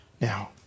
Now